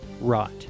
rot